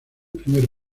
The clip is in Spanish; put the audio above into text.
primer